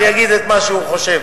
ושיגיד את מה שהוא חושב.